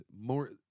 more